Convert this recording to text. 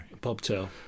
Bobtail